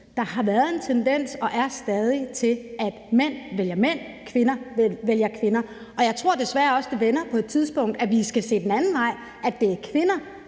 Der har været en tendens, og den er der stadig, til, at mænd vælger mænd, og at kvinder vælger kvinder. Og jeg tror desværre også, at det vender på et tidspunkt, så vi kommer til at skulle se den anden vej, så det er kvinder,